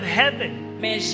heaven